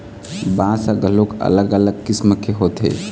बांस ह घलोक अलग अलग किसम के होथे